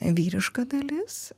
vyriška dalis